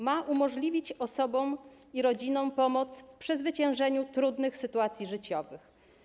Ma umożliwić osobom i rodzinom przezwyciężenie trudnych sytuacji życiowych.